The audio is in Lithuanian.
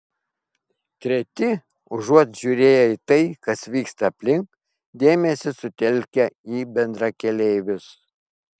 treti užuot žiūrėję į tai kas vyksta aplink dėmesį sutelkia į bendrakeleivius